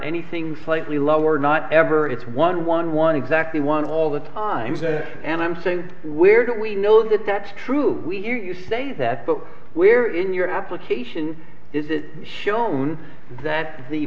anything slightly lower not ever it's one one one exactly one all the time and i'm saying where do we know that that's true we hear you say that but where in your application is it shown that the